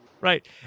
right